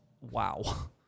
Wow